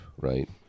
right